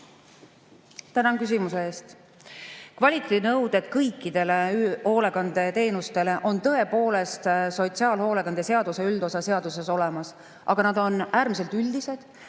Tänan küsimuse eest! Kvaliteedinõuded kõikide hoolekandeteenuste kohta on tõepoolest sotsiaalhoolekande seaduse [üldsätetes] olemas, aga nad on äärmiselt üldised,